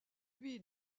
lui